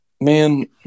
Man